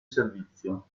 servizio